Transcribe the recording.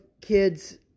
kids